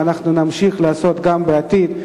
ואנחנו נמשיך לעשות גם בעתיד.